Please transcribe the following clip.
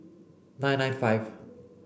nine nine five